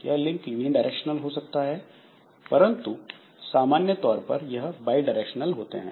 यह link unidirectional हो सकता है परंतु सामान्य तौर पर यह बाई डायरेक्शनल होते हैं